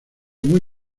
muy